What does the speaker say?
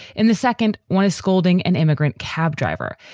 in the second one is scolding an immigrant cab driver.